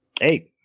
Hey